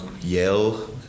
yell